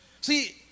See